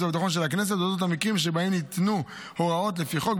והביטחון של הכנסת אודות המקרים שבהם ניתנו הוראות לפי החוק,